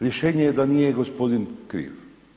Rješenje je da nije gospodin kriv.